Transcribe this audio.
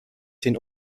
den